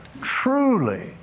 truly